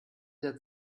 der